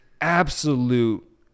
absolute